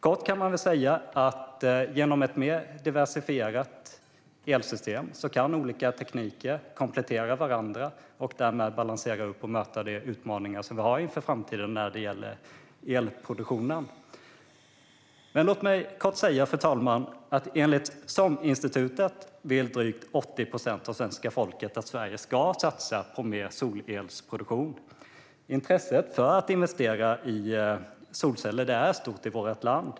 Kort kan man säga att genom ett mer diversifierat elsystem kan olika tekniker komplettera varandra och därmed balansera upp och möta de utmaningar vi har inför framtiden vad gäller elproduktionen. Fru talman! Enligt SOM-institutet vill drygt 80 procent av svenska folket att Sverige ska satsa på mer solelsproduktion. Intresset för att investera i solceller är stort i vårt land.